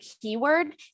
keyword